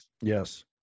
Yes